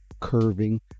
curving